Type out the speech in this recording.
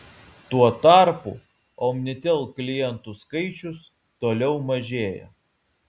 tuo tarpu omnitel klientų skaičius toliau mažėja